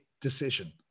decision